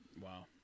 Wow